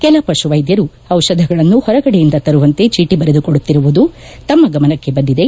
ಕೆಲ ಪಶುವೈದ್ಯರು ಜಿಷಧಗಳನ್ನು ಹೊರಗಡೆಯಿಂದ ತರುವಂತೆ ಚೀಟಿ ಬರೆದು ಕೊಡುತ್ತಿರುವುದು ತಮ್ಮ ಗಮನಕ್ಕೆ ಬಂದಿದೆ